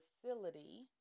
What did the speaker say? facility